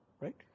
right